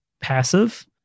passive